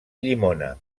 llimona